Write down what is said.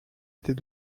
était